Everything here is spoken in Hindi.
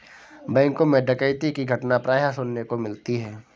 बैंकों मैं डकैती की घटना प्राय सुनने को मिलती है